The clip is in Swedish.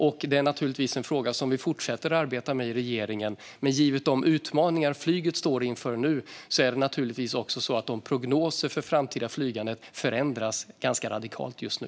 Detta är naturligtvis en fråga som vi fortsätter att arbeta med i regeringen, men givet de utmaningar flyget nu står inför är det också så att prognoserna för det framtida flygandet förändras ganska radikalt just nu.